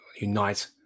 unite